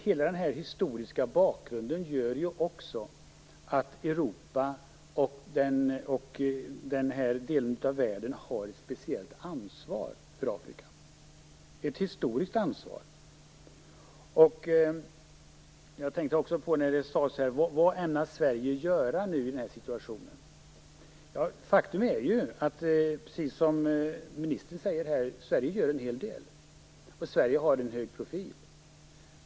Hela denna historiska bakgrund gör att Europa och vår del av världen har ett speciellt ansvar för Afrika - ett historiskt ansvar. Man frågade här vad Sverige ämnar göra åt situationen. Faktum är, precis som ministern säger, att Sverige gör en hel del och har en hög profil.